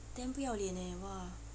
damn 不要脸呃哇